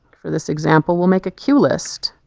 for this example we'll make a cue list.